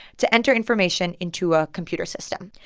to enter information into a computer system.